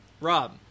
Rob